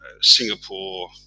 Singapore